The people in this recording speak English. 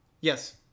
yes